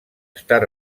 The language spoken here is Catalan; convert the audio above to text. estar